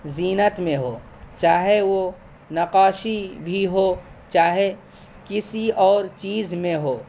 زینت میں ہو چاہے وہ نقاشی بھی ہو چاہے کسی اور چیز میں ہو